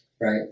Right